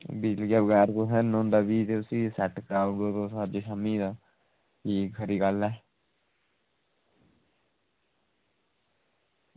बिजली दे बगैर कुत्थें रनौंदा भी सेट कराई ओड़ो तुस अज्ज शामीं ते भी खरी गल्ल ऐ